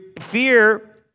fear